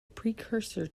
precursor